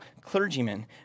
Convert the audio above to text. clergymen